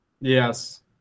yes